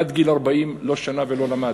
עד גיל 40 לא שנה ולא למד,